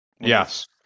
Yes